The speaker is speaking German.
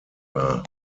war